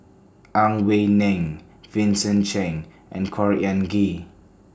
Ang Wei Neng Vincent Cheng and Khor Ean Ghee